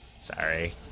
Sorry